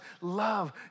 love